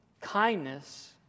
Kindness